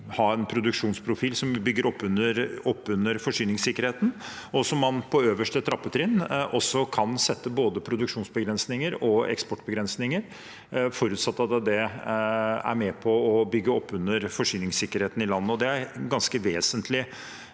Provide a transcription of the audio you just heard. ha en produksjonsprofil som bygger opp under forsyningssikkerheten, og hvor man på øverste trappetrinn også kan sette både produksjonsbegrensninger og eksportbegrensninger – forutsatt at det er med på å bygge opp under forsyningssikkerheten i landet. Det er en ganske vesentlig